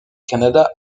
canada